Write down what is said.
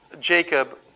Jacob